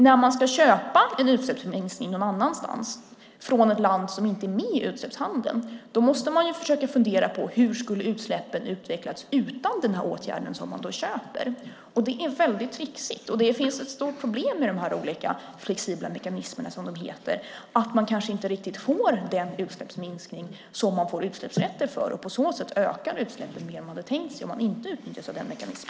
När man ska köpa en utsläppsminskning någon annanstans, från ett land som inte är med i utsläppshandeln, måste man fundera på hur utsläppen skulle ha utvecklats utan den åtgärd man köper. Det är väldigt tricksigt. Det finns ett stort problem med dessa olika flexibla mekanismer, nämligen att man kanske inte får den utsläppsminskning som man får utsläppsrätter för. På så sätt ökar utsläppen mer än om man inte hade utnyttjat denna mekanism.